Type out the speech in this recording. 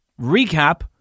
recap